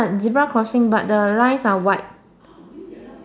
zebra crossing but the lines are white